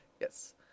Yes